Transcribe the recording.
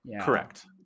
Correct